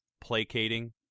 placating